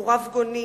הוא רבגוני.